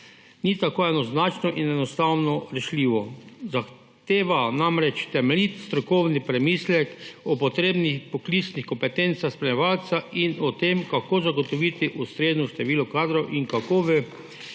ni tako enoznačno in enostavno rešljivo. Zahteva namreč temeljit strokovni premislek o potrebnih poklicnih kompetencah spremljevalca in o tem, kako zagotoviti ustrezno število kadrov in kako